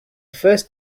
first